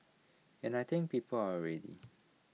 and I think people are ready